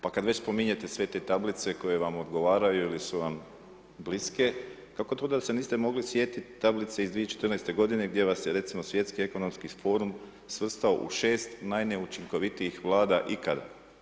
Pa kada spominjete sve te tablice koje vam odgovaraju ili su vam bliske, kako to da se niste mogli sjetiti tablice iz 2014. godine gdje vas, recimo, Svjetski ekonomski forum, svrstao u 6 najneučinkovitijih Vlada ikada.